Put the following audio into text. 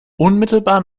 unmittelbar